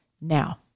Now